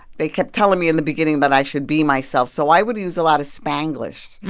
they kept telling me in the beginning that i should be myself, so i would use a lot of spanglish.